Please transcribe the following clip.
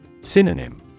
Synonym